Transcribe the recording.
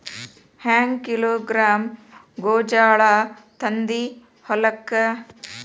ಹೆಂಗ್ ಕಿಲೋಗ್ರಾಂ ಗೋಂಜಾಳ ತಂದಿ ಹೊಲಕ್ಕ?